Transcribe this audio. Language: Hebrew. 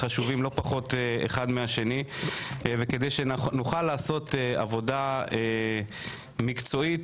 פיקוח, וכדי לעשות עבודה מקצועית,